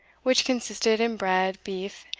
which consisted in bread, beef,